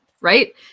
right